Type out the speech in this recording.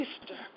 sister